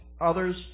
others